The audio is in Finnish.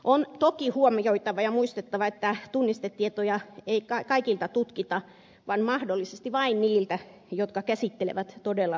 on toki huomioitava ja muistettava että tunnistetietoja ei kaikilta tutkita vaan mahdollisesti vain niiltä jotka käsittelevät todella luottamuksellista tietoa